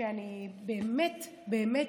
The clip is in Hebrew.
שבאמת באמת,